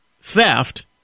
theft